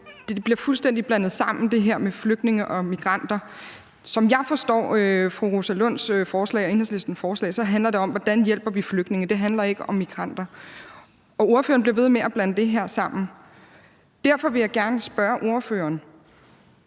fru Rosa Lunds og Enhedslistens forslag, handler det om, hvordan vi hjælper flygtninge; det handler ikke om immigranter. Ordføreren bliver ved med at blande det her sammen. Derfor vil jeg gerne spørge ordføreren: